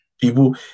People